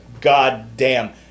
goddamn